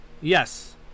Yes